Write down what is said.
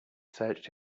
searched